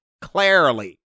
clearly